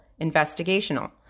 investigational